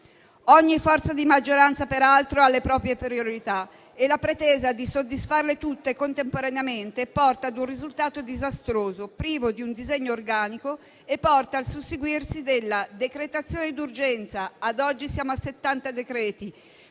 Ogni forza di maggioranza ha peraltro le proprie priorità, e la pretesa di soddisfarle tutte contemporaneamente porta a un risultato disastroso, privo di un disegno organico, e al susseguirsi della decretazione d'urgenza - ad oggi siamo a settanta decreti